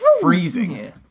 freezing